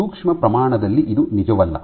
ಸೂಕ್ಷ್ಮ ಪ್ರಮಾಣದಲ್ಲಿ ಇದು ನಿಜವಲ್ಲ